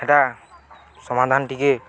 ସେଟା ସମାଧାନ ଟିକେ